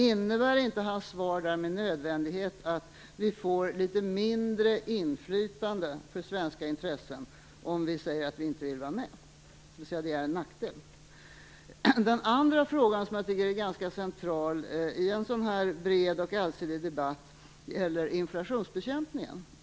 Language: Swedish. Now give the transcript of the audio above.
Innebär inte hans svar där med nödvändighet att vi får litet mindre inflytande för svenska intressen om vi säger att vi inte vill vara med, dvs. det är en nackdel? Den andra frågan som är ganska central i en sådan här bred och allsidig debatt gäller inflationsbekämpningen.